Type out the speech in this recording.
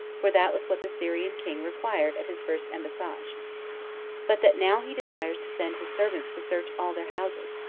for that was what the syrian king required at his first embassage but that now he desires to send his servants to search all their houses,